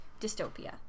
dystopia